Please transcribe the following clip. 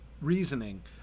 reasoning